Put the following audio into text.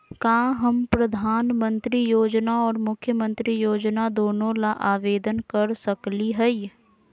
का हम प्रधानमंत्री योजना और मुख्यमंत्री योजना दोनों ला आवेदन कर सकली हई?